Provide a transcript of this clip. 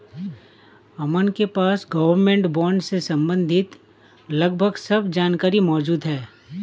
अमन के पास government bond से सम्बंधित लगभग सब जानकारी मौजूद है